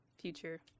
future